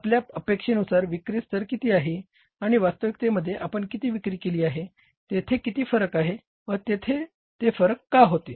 आपल्या अपेक्षेनुसार विक्री स्तर किती आहे आणि वास्तविकतेमध्ये आपण किती विक्री केली आहे तेथे किती फरक आहे व तेथे ते फरक का होते